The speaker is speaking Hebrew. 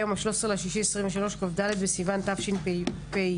היום ה- 13.06.2023 כ"ד בסיוון תשפ"ג.